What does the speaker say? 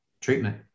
treatment